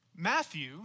Matthew